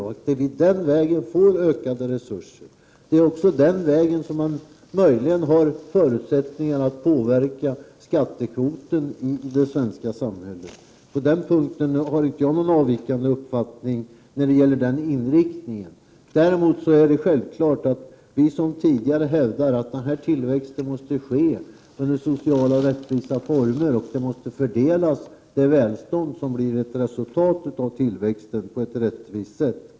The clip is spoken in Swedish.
Det är den vägen vi får ökade resurser. Det är också den vägen som man möjligen har förutsättningar att påverka skattekvoten i det svenska samhället. På den punkten har inte jag någon avvikande uppfattning när det gäller inriktningen. Däremot är det självklart att vi, som tidigare, hävdar att tillväxten måste ske under socialt acceptabla och rättvisa former, och att det välstånd som blir resultatet av tillväxten måste fördelas på ett rättvist sätt.